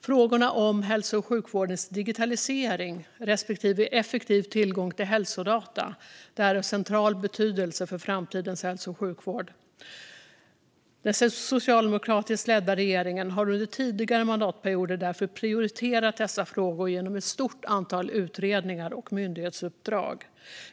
Frågorna om hälso och sjukvårdens digitalisering respektive effektiv tillgång till hälsodata är av central betydelse för framtidens hälso och sjukvård. Den socialdemokratiskt ledda regeringen prioriterade därför under tidigare mandatperioder dessa frågor genom ett stort antal utredningar och myndighetsuppdrag.